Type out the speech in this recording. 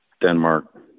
Denmark